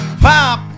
Pop